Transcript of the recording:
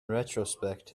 retrospect